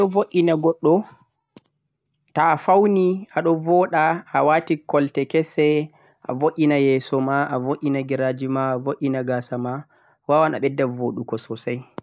paune ni do vo'ina goddo to'a fauni ado voda a wati kouteh kese a vo'ina yeso ma a vo'ina giraji ma a vo'ina gasa ma wawan a bedda vodugo sosai